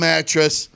Mattress